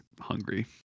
hungry